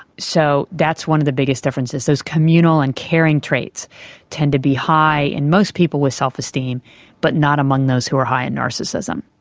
so that's one of the biggest differences, those communal and caring traits tend to be high in most people with self-esteem but not among those who are high in narcissism.